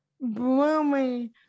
blooming